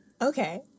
Okay